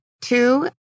Two